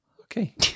Okay